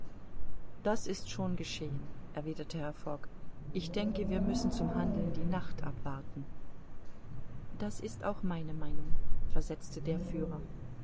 das ist schon geschehen erwiderte herr fogg ich denke wir müssen zum handeln die nacht abwarten das ist auch meine meinung versetzte der führer